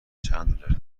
چندلر